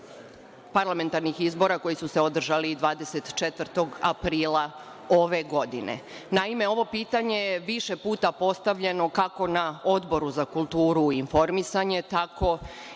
parlamentarnih izbora koji su se održali 24. aprila ove godine? Naime, ovo pitanje je više puta postavljeno kako na Odboru za kulturu i informisanje, tako